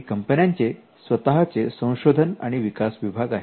काही कंपन्यांचे स्वतःचे संशोधन आणि विकास विभाग आहेत